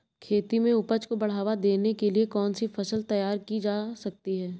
खेती में उपज को बढ़ावा देने के लिए कौन सी फसल तैयार की जा सकती है?